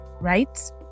right